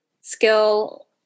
skill